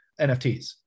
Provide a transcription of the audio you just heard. NFTs